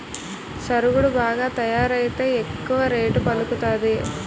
సరుగుడు బాగా తయారైతే ఎక్కువ రేటు పలుకుతాది